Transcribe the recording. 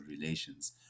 relations